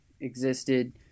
existed